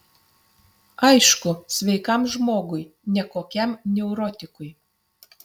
aišku sveikam žmogui ne kokiam neurotikui